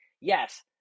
Yes